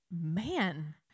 man